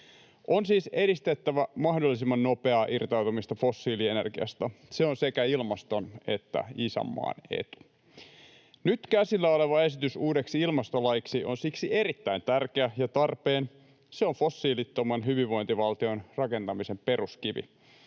On siis edistettävä mahdollisimman nopeaa irtautumista fossiilienergiasta. Se on sekä ilmaston että isänmaan etu. Nyt käsillä oleva esitys uudeksi ilmastolaiksi on siksi erittäin tärkeä ja tarpeen. Se on fossiilittoman hyvinvointivaltion rakentamisen peruskivi,